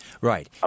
Right